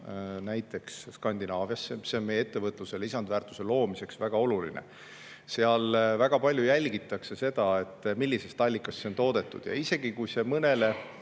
näiteks Skandinaaviasse. See on meie ettevõtluse lisandväärtuse loomiseks väga oluline. Väga palju jälgitakse seda, millisest allikast energia on toodetud. Ja isegi kui see mõnele